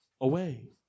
away